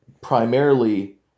primarily